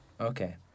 Okay